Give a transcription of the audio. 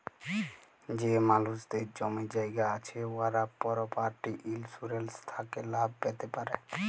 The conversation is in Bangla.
যে মালুসদের জমি জায়গা আছে উয়ারা পরপার্টি ইলসুরেলস থ্যাকে লাভ প্যাতে পারে